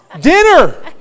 dinner